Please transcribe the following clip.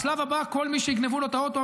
השלב הבא: כל מי שיגנבו לו את האוטו,